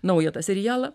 naują tą serialą